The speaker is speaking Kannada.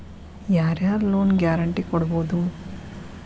ಯಾರ್ ಯಾರ್ ಲೊನ್ ಗ್ಯಾರಂಟೇ ಕೊಡ್ಬೊದು?